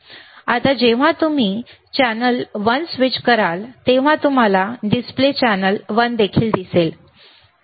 आता जेव्हा तुम्ही चॅनेल वन स्विच कराल तेव्हा तुम्हाला डिस्प्ले चॅनेल वन देखील दिसेल